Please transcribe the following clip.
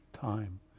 time